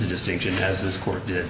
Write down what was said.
a distinction as this court did